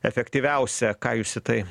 efektyviausia ką jūs į tai